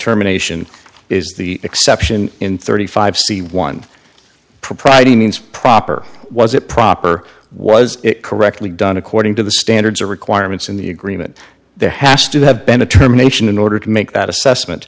terminations is the exception in thirty five c one propriety means proper was it proper was it correctly done according to the standards or requirements in the agreement there has to have been a term nation in order to make that assessment